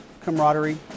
camaraderie